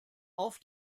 auf